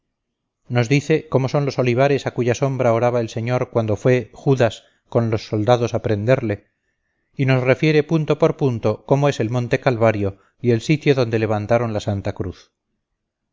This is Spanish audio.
nos dice cómo son los olivares a cuya sombra oraba el señor cuando fue judas con los soldados a prenderle y nos refiere punto por punto cómo es el monte calvario y el sitio donde levantaron la santa cruz